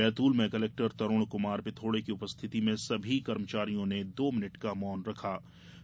बैतूल में कलेक्टर तरूण कुमार पिथौडे की उपस्थिति में सभी कर्मचारियों ने दो मिनट का मौन धारण किया